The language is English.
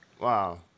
Wow